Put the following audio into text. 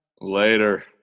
Later